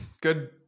Good